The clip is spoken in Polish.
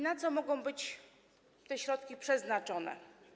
Na co mogą być te środki przeznaczone?